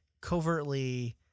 covertly